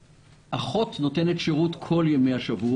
אחות נותנת שירות במשך כל ימי השבוע.